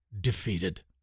defeated